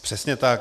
Přesně tak.